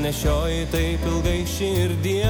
nešioji taip ilgai širdyje